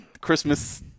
Christmas